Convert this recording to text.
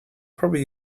probably